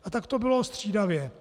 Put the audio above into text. A tak to bylo střídavě.